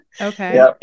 Okay